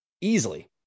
Easily